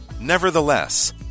Nevertheless